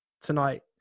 tonight